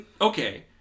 Okay